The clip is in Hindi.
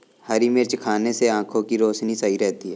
हरी मिर्च खाने से आँखों की रोशनी सही रहती है